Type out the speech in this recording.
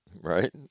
right